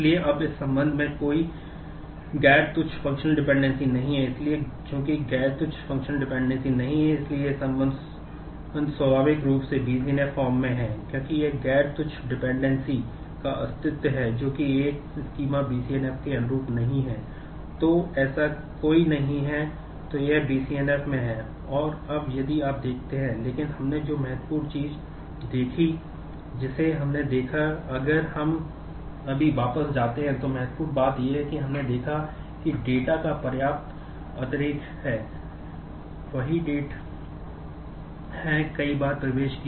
इसलिए अब इस संबंध में कोई गैर तुच्छ फंक्शनल डिपेंडेंसी है कई बार प्रवेश किया